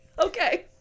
okay